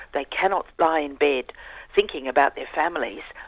they cannot lie in bed thinking about their families,